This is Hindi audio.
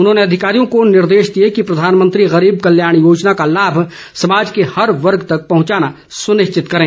उन्होंने अधिकारियों को निर्देश दिए कि प्रधानमंत्री गरीब कल्याण योजना का लाभ समाज के गरीब वर्ग तक पहुंचाना सुनिश्चित करें